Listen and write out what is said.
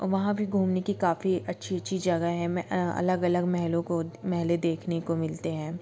वहाँ भी घूमने की काफ़ी अच्छी अच्छी जगहें है अलग अलग महलों को महलें देखने को मिलते हैं